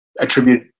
attribute